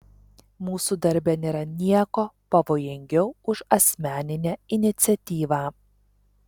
mūsų darbe nėra nieko pavojingiau už asmeninę iniciatyvą